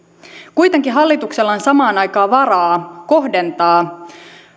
kuitenkin hallituksella on samaan aikaan varaa kohdentaa rahaa